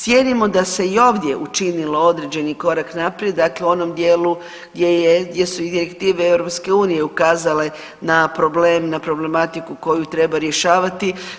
Cijenimo da se i ovdje učinilo određeni korak naprijed, dakle onom dijelu gdje je, gdje su direktive EU ukazale na problem, na problematiku koju treba rješavati.